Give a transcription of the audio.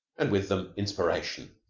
and with them inspiration.